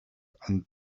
and